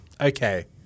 Okay